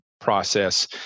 process